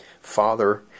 Father